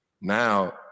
Now